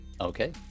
Okay